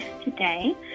today